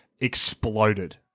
exploded